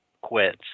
quits